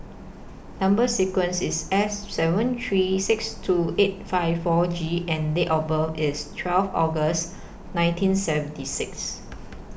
Number sequence IS S seven three six two eight five four G and Date of birth IS twelve August nineteen seventy six